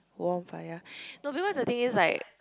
warm fire no because the thing is right